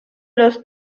los